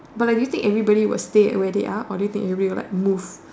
but like do you think everybody will stay where they are or do you think everybody will like move